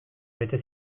bete